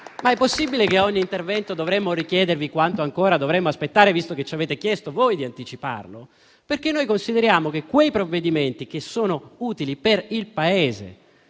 È possibile che ad ogni intervento dobbiamo richiedervi quanto ancora dobbiamo aspettare, visto che ci avete chiesto voi di anticiparlo? Noi consideriamo infatti che quei provvedimenti che sono utili per il Paese